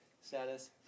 status